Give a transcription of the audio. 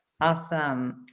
Awesome